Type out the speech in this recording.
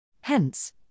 Hence